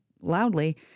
loudly